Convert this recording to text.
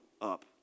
up